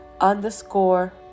underscore